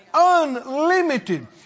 unlimited